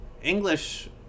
English